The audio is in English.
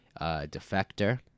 defector